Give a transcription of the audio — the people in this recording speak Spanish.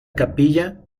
capilla